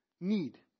need